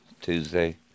Tuesday